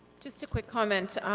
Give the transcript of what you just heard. just a quick comment,